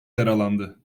yaralandı